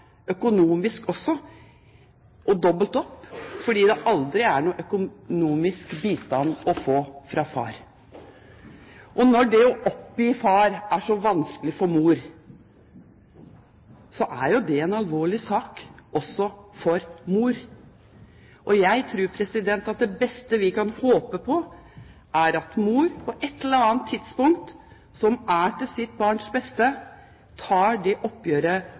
økonomisk også – dobbelt opp – fordi det aldri er noen økonomisk bistand å få fra far. Og når det å oppgi far er så vanskelig for mor, er jo det en alvorlig sak også for mor. Jeg tror at det beste vi kan håpe på, er at mor på et eller annet tidspunkt som er til sitt barns beste, tar det oppgjøret